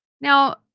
Now